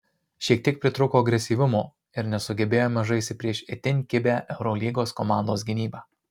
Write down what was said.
šiek tiek pritrūko agresyvumo ir nesugebėjome žaisti prieš itin kibią eurolygos komandos gynybą